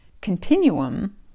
continuum